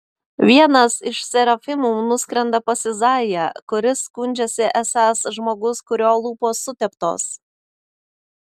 vienas iš serafimų nuskrenda pas izaiją kuris skundžiasi esąs žmogus kurio lūpos suteptos